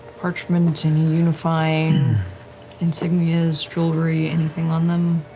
parchment, any unifying insignias, jewelry, anything on them.